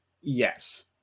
yes